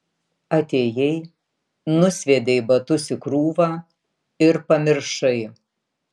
atėjai nusviedei batus į krūvą ir pamiršai